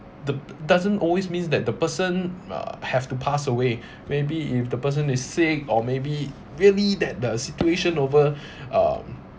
do~ do~ doesn't always means that the person uh have to pass away maybe if the person is sick or maybe really that the situation over um